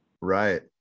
right